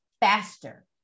faster